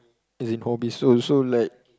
as in hobbies so so like